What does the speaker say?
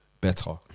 better